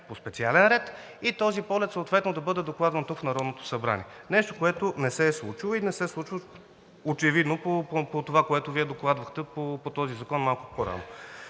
по специален ред и този полет съответно да бъде докладван тук в Народното събрание. Нещо, което не се е случило и не се случва очевидно – по това, което Вие докладвахте по този закон малко по рано.